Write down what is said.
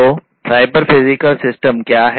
तो cyber physical system क्या है